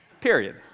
Period